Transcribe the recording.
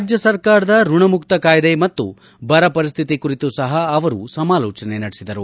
ರಾಜ್ಯ ಸರ್ಕಾರದ ಋಣಮುಕ್ತ ಕಾಯ್ದೆ ಮತ್ತು ಬರ ಪರಿಸ್ಥಿತಿ ಕುರಿತು ಸಹ ಅವರು ಸಮಾಲೋಚನೆ ನಡೆಸಿದರು